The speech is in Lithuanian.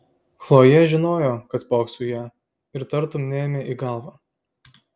chlojė žinojo kad spoksau į ją ir tartum neėmė į galvą